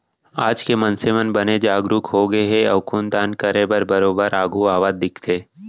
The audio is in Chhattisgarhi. आज के मनसे मन बने जागरूक होगे हे अउ खून दान करे बर बरोबर आघू आवत दिखथे